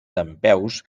dempeus